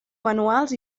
manuals